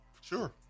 Sure